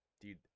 dude